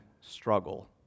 struggle